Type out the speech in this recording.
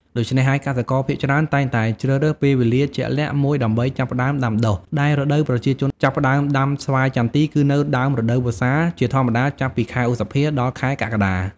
ដូច្នេះហើយ កសិករភាគច្រើនតែងតែជ្រើសរើសពេលវេលាជាក់លាក់មួយដើម្បីចាប់ផ្តើមដាំដុះ ដែលរដូវប្រជាជនចាប់ផ្ដើមដាំស្វាយចន្ទីគឺនៅ ដើមរដូវវស្សា ជាធម្មតាចាប់ពី ខែឧសភា ដល់ខែកក្កដា។។